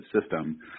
system